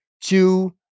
two